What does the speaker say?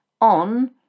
on